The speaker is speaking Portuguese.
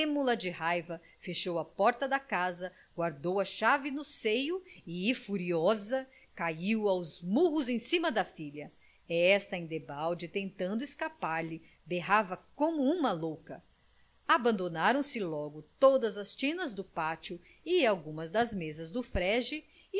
trêmula de raiva fechou a porta da casa guardou a chave no seio e furiosa caiu aos murros em cima da filha esta embalde tentando escapar lhe berrava como uma louca abandonaram se logo todas as tinas do pátio e algumas das mesas do frege